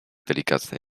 delikatny